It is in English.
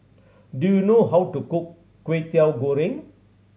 do you know how to cook Kwetiau Goreng